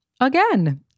again